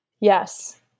Yes